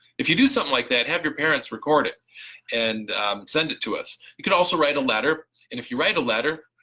if you do something like that, have your parents record it and send it to us. you could also write a letter, and if you write a letter,